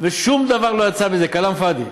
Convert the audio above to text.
ושום דבר לא יצא מזה, כלאם פאד'י.